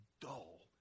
dull